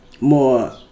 more